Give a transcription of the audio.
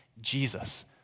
Jesus